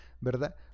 ¿verdad